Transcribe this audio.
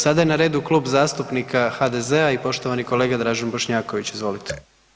Sada je na redu Klub zastupnika HDZ-a i poštovani kolega Dražen Bošnjaković, izvolite.